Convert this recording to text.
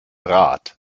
rat